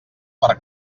per